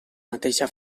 mateixa